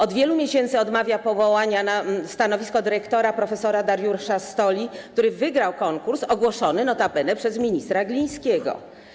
Od wielu miesięcy odmawia powołania na stanowisko dyrektora prof. Dariusza Stoli, który wygrał konkurs ogłoszony notabene przez ministra Glińskiego.